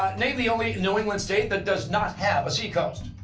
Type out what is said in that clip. ah name the only new england state that does not have a seacoast.